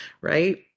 right